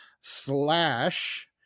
Slash